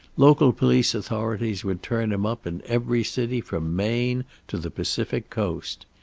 local police authorities would turn him up in every city from maine to the pacific coast.